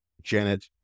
Janet